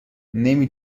نمی